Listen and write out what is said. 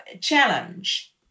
challenge